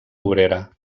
obrera